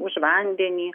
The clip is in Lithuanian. už vandenį